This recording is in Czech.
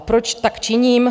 Proč tak činím?